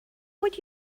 would